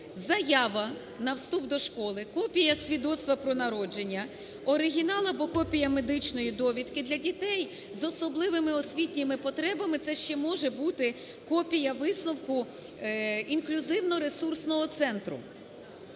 заява на вступ до школи, копія свідоцтва про народження, оригінал або копія медичної довідки, для дітей з особливими освітніми потребами це ще може бути копія висновку Інклюзивно-ресурсного центру.